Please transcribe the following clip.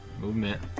Movement